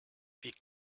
wie